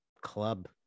club